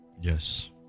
Yes